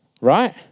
right